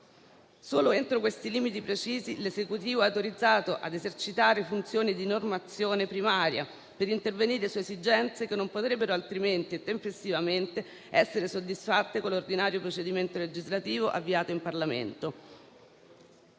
Solo entro questi limiti precisi l'Esecutivo è autorizzato ad esercitare funzioni di normazione primaria, per intervenire su esigenze che non potrebbero altrimenti e tempestivamente essere soddisfatte con l'ordinario procedimento legislativo avviato in Parlamento.